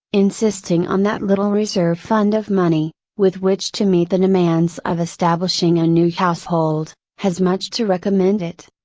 insisting on that little reserve fund of money, with which to meet the demands of establishing a new household, has much to recommend it.